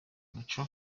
umuco